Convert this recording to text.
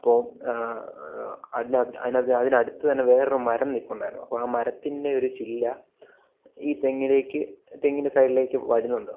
അപ്പോ അതിനാത്ത് അതിന് അടുത്തു തന്നെ വേറെ ഒരു മരം നിൽപ്പുണ്ടായിരുന്നു അപ്പം ആ മരത്തിൻ്റെ ഒരു ചില്ല ഈ തെങ്ങിലേക്ക് തെങ്ങിൻ്റെ സൈഡിലേക്ക് വരുന്നുണ്ട് അപ്പം